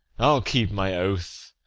i'll keep my oath,